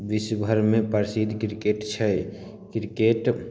बिश्व भरमे प्रसिद्ध क्रिकेट छै क्रिकेट